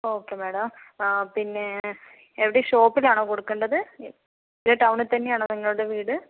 okay madam പിന്നെ എവിടെയാണ് ഷോപ്പിലാണോ കൊടുക്കണ്ടത് അതോ ടൗണിൽതന്നെയാണോ നിങ്ങളുടെ വീട്